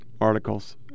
articles